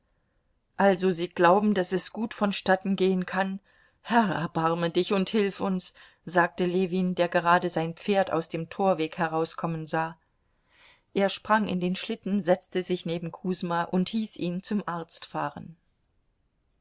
also sie glauben daß es gut vonstatten gehen kann herr erbarme dich und hilf uns sagte ljewin der gerade sein pferd aus dem torweg herauskommen sah er sprang in den schlitten setzte sich neben kusma und hieß ihn zum arzt fahren